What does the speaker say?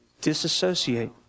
disassociate